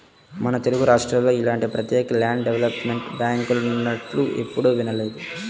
మన తెలుగురాష్ట్రాల్లో ఇలాంటి ప్రత్యేక ల్యాండ్ డెవలప్మెంట్ బ్యాంకులున్నట్లు ఎప్పుడూ వినలేదు